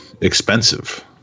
expensive